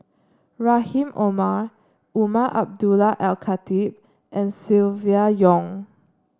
Rahim Omar Umar Abdullah Al Khatib and Silvia Yong